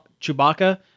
Chewbacca